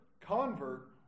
convert